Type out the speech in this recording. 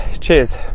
Cheers